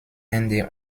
hände